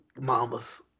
Mamas